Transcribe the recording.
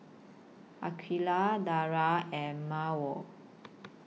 Aqeelah Dara and Mawar